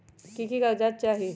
की की कागज़ात चाही?